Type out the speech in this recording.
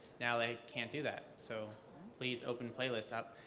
now they can't do that. so please open playlist up.